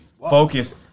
focus